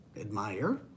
admire